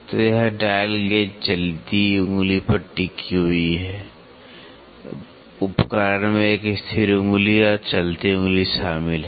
तो यह dial gauge चलती उंगली पर टिकी हुई है उपकरण में एक स्थिर उंगली और चलती उंगली शामिल है